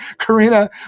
Karina